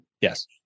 Yes